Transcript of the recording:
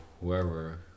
whoever